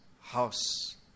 house